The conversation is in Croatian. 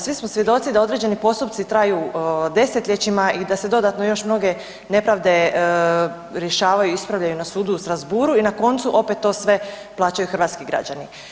Svi smo svjedoci da određeni postupci traju desetljećima i da se dodatno još mnoge nepravde rješavaju, ispravljaju na sudu u Strasbourgu i na koncu opet to sve plaćaju hrvatski građani.